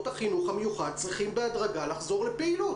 החינוך המיוחד צריכים בהדרגה לחזור לפעילות.